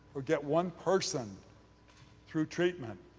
or get one person through treatment,